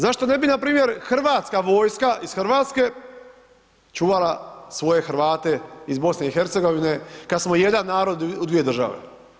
Zašto ne bi npr. Hrvatska vojska iz RH čuvala svoje Hrvate iz BiH kad smo jedan narod u dvije države?